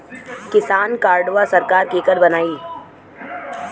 किसान कार्डवा सरकार केकर बनाई?